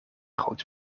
groot